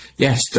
Yes